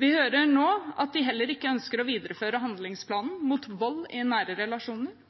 Vi hører nå at de heller ikke ønsker å videreføre handlingsplanen mot vold i nære relasjoner,